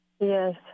Yes